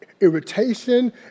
Irritation